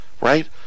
right